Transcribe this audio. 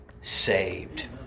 saved